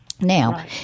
Now